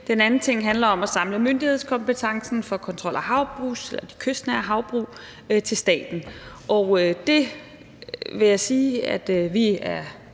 Den anden del handler om at samle myndighedskompetencen for kontrol af havbrug, de